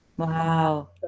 Wow